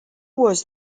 was